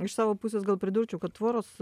iš savo pusės gal pridurčiau kad tvoros